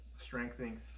strengthening